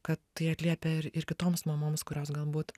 kad tai atliepia ir ir kitoms mamoms kurios galbūt